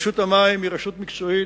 רשות המים היא רשות מקצועית,